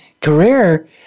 career